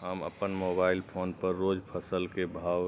हम अपन mobile phone पर रोज फसल के भाव